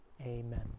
Amen